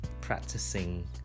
Practicing